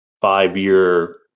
five-year